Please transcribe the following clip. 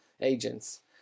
agents